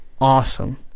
awesome